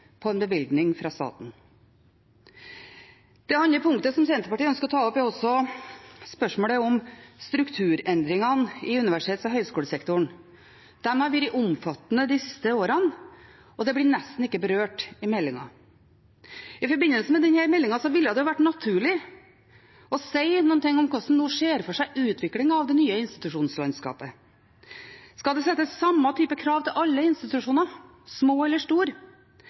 på bevilgning fra staten? Det andre punktet som Senterpartiet ønsker å ta opp, er spørsmålet om strukturendringene i universitets- og høyskolesektoren. De har vært omfattende de siste årene, og det blir nesten ikke berørt i meldingen. I forbindelse med denne meldingen ville det ha vært naturlig å si noe om hvordan en nå ser for seg utviklingen av det nye institusjonslandskapet. Skal det stilles den samme typen krav til alle institusjoner, små